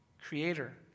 creator